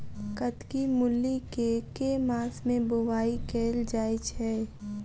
कत्की मूली केँ के मास मे बोवाई कैल जाएँ छैय?